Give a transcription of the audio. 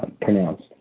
pronounced